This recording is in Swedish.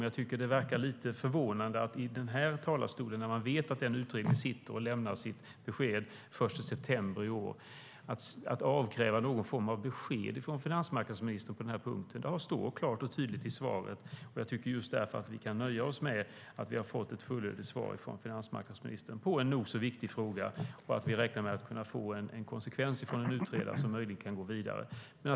Jag tycker att det är lite förvånande att i den här talarstolen, när man vet att en utredning sitter som ska presentera sitt resultat den 1 september i år, avkräva någon form av besked från finansmarknadsministern på den här punkten. Vi har fått ett klart och tydligt svar. Därför tycker jag att vi kan nöja oss med att vi har fått ett fullödigt svar från finansministern på en nog så viktig fråga. Vi räknar med att kunna få ett resultat från utredaren som man möjligen kan gå vidare med.